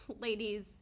Ladies